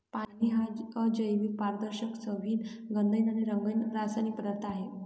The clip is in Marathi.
पाणी हा अजैविक, पारदर्शक, चवहीन, गंधहीन आणि रंगहीन रासायनिक पदार्थ आहे